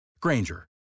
Granger